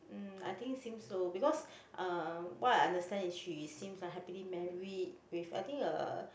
um I think seems so because uh what I understand is she seems like happily married with I think a